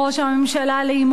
לעימות עם אירן,